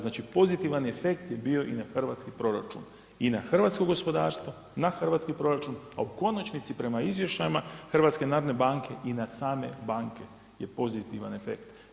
Znači pozitivan efekt je bio i na hrvatski proračun i na hrvatsko gospodarstvo, na hrvatski proračun a u konačnici prema izvještajima HNB-a i na same banke je pozitivan efekt.